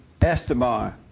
Esteban